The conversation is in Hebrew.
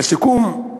לסיכום,